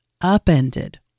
upended